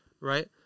right